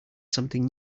something